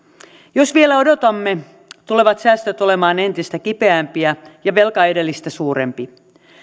jos vielä odotamme tulevat säästöt olemaan entistä kipeämpiä ja velka edellistä suurempi